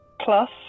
Plus